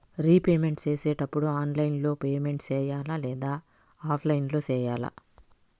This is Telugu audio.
రీపేమెంట్ సేసేటప్పుడు ఆన్లైన్ లో పేమెంట్ సేయాలా లేదా ఆఫ్లైన్ లో సేయాలా